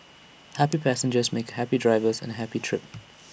happy passengers make happy drivers and A happy trip